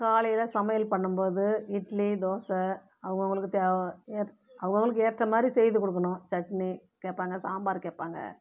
காலையில் சமையல் பண்ணும்போது இட்லி தோசை அவங்க அவர்களுக்கு தேவை அவங்க அவர்களுக்கு ஏற்றமாதிரி செய்து கொடுக்கணும் சட்னி கேட்பாங்க சாம்பார் கேட்பாங்க